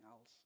else